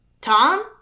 Tom